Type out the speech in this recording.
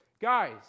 Guys